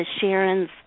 Sharon's